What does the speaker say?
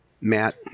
Matt